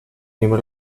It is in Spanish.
miembro